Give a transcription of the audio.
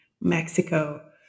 Mexico